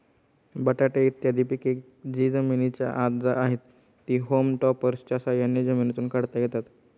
बटाटे इत्यादी पिके जी जमिनीच्या आत आहेत, ती होम टॉपर्सच्या साह्याने जमिनीतून काढता येतात